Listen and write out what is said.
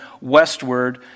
westward